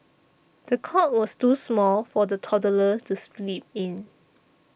the cot was too small for the toddler to sleep in